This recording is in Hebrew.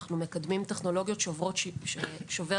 אנחנו מקדמים טכנולוגיות שוברות שוויון